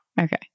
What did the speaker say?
Okay